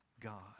God